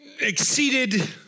exceeded